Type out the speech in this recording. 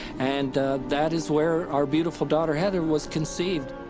and that is where our beautiful daughter, heather, was conceived.